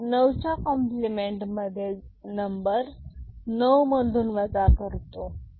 आपण नऊच्या कॉम्प्लिमेंट मध्ये नंबर 9 मधून वजा करतो